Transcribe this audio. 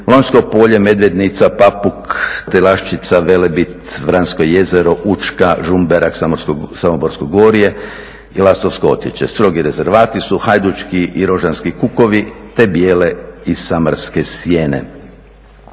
Lonjsko polje, Medvednica, Papuk, Telašćica, Velebit, Vransko jezero, Učka, Žumberak, Samoborsko gorje i Lastovsko otočje. Strogi rezervati su Hajdučki i rožanski kukovi te Bijele i Samarske Stijene.